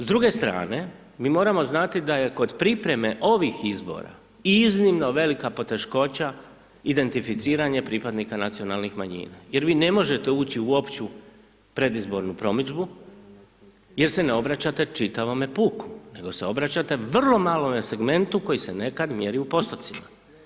S druge strane, mi moramo znati da je kod pripreme ovih izbora iznimno velika poteškoća identificiranje pripadnika nacionalnih manjina jer vi ne možete ući u opću predizbornu promidžbu jer se ne obraćate čitavom puku, nego se obraćate vrlo malome segmentu koji se nekad mjeri u postocima.